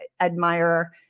admire